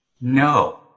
no